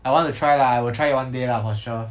I want to try lah I will try it one day lah for sure